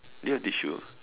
do you have tissue